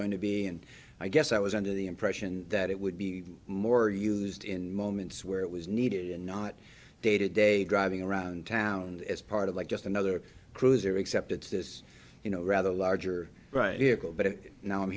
going to be and i guess i was under the impression that it would be more used in moments where it was needed and not day to day driving around town as part of like just another cruiser except it's this you know rather larger right here go but now i'm